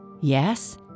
Yes